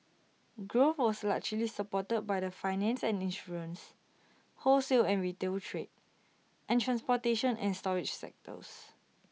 growth was largely supported by the finance and insurance wholesale and retail trade and transportation and storage sectors